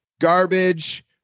garbage